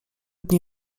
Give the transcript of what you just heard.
dni